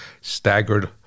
staggered